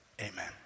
Amen